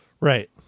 Right